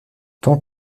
tant